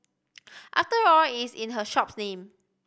after all it's in her shop's name